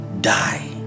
die